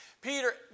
Peter